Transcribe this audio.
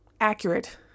accurate